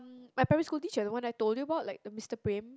my primary school teacher when I told you about like Mister Brain